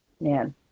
man